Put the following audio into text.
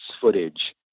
footage